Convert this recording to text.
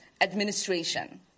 administration